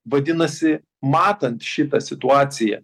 vadinasi matant šitą situaciją